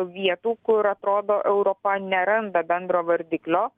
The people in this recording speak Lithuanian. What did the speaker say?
vietų kur atrodo europa neranda bendro vardiklio